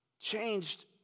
Changed